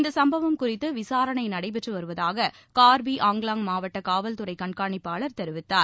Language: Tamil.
இந்த சம்பவம் குறித்து விசாரணை நடைபெற்று வருவதாக கார்பி ஆங்வாங் மாவட்ட காவல்துறை கண்காணிப்பாளர் தெரிவித்தார்